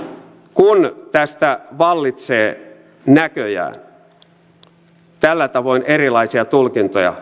kun tästä meidän perustuslakimme sisällöstä vallitsee näköjään tällä tavoin erilaisia tulkintoja